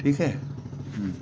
ठीक आहे हं